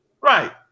Right